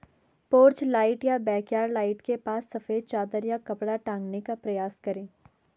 porch light या backyard light के पास सफेद चादर या कपड़ा टांगने का प्रयास करें